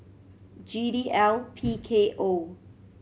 G D L P K O